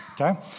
okay